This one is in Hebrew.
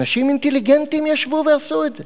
אנשים אינטליגנטים ישבו ועשו את זה.